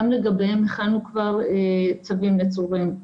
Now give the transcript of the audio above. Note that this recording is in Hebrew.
גם לגביהם הכנו כבר צווים נצורים.